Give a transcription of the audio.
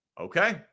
Okay